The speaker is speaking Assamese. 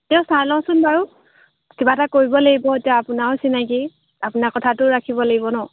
তেও চাই লওঁচোন বাৰু কিবা এটা কৰিব লাগিব এতিয়া আপোনাৰো চিনাকি আপোনাৰ কথাটোও ৰাখিব লাগিব ন'